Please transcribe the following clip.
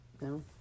No